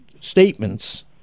statements